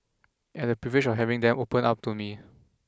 and I have the privilege of having them open up to me